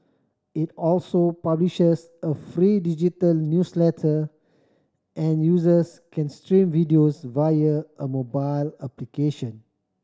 it also publishes a free digital newsletter and users can stream videos via a mobile application